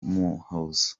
muhuza